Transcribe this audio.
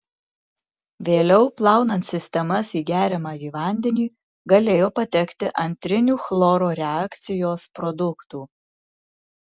vėliau plaunant sistemas į geriamąjį vandenį galėjo patekti antrinių chloro reakcijos produktų